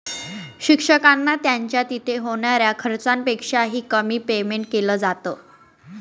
शिक्षकांना त्यांच्या तिथे होणाऱ्या खर्चापेक्षा ही, कमी पेमेंट केलं जात